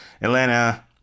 Atlanta